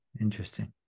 interesting